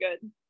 good